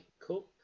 cool